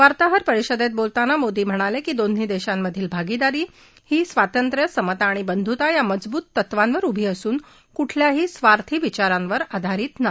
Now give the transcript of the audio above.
वार्ताहर परिषदेत बोलताना मोदी म्हणाले की दोन्ही देशांमधली भागीदारी ही स्वातंत्र्य समता आणि बंधुता या मजबूत तत्त्वांवर उभी असून कुठल्याही स्वार्थी विचारांवर आधारित नाही